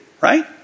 right